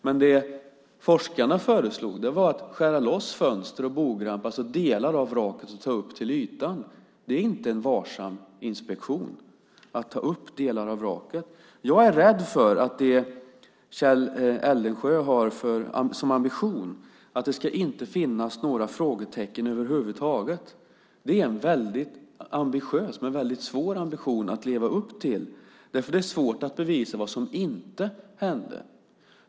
Det som forskarna föreslog var att skära loss fönster och bogramp, alltså delar av vraket, och ta upp dem till ytan. Att ta upp delar av vraket är inte en varsam inspektion. Jag är rädd för att Kjell Eldensjös ambition att det inte ska finnas några frågetecken över huvud taget är väldigt svår att leva upp till. Det är svårt att bevisa vad som inte hände.